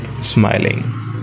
smiling